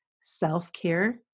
self-care